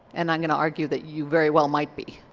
and i'm going to argue that you very well might be.